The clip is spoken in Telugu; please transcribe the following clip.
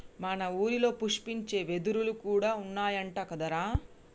మన ఊరిలో పుష్పించే వెదురులు కూడా ఉన్నాయంట కదరా